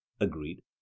agreed